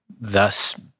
thus